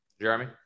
Jeremy